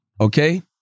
okay